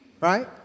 Right